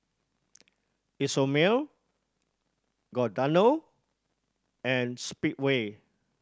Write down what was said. Isomil Giordano and Speedway